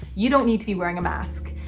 you don't need to be wearing a mask.